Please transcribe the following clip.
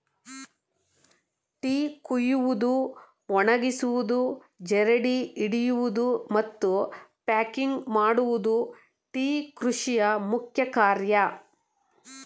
tea ಕುಯ್ಯುವುದು, ಒಣಗಿಸುವುದು, ಜರಡಿ ಹಿಡಿಯುವುದು, ಮತ್ತು ಪ್ಯಾಕಿಂಗ್ ಮಾಡುವುದು ಟೀ ಕೃಷಿಯ ಮುಖ್ಯ ಕಾರ್ಯ